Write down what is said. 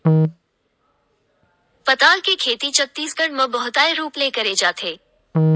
पताल के खेती छत्तीसगढ़ म बहुताय रूप ले करे जाथे